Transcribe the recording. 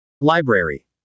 Library